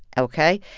ok.